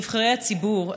נבחרי הציבור,